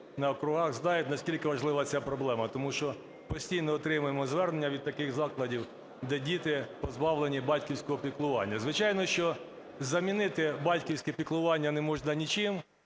в округах, знаю, наскільки важлива ця проблема. Тому що постійно отримуємо звернення від таких закладів, де діти позбавлення батьківського піклування. Звичайно, що замінити батьківське піклування не можна нічим,